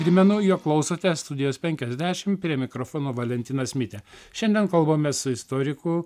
primenu jog klausote studijos penkiasdešim prie mikrofono valentinas mitė šiandien kalbamės su istoriku